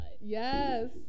Yes